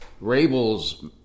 Rabel's